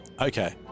Okay